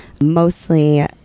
mostly